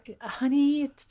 honey